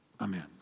Amen